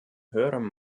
höherem